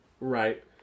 Right